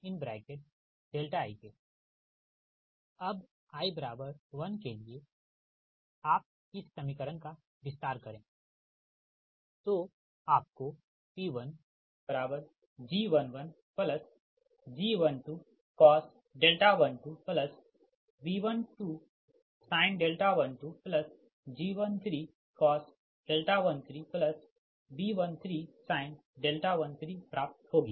अब i 1 के लिएआप इस समीकरण का विस्तार करेंतोआपको P1G11G12cos 12 B12sin 12 G13cos 13 B13sin 13 प्राप्त होगी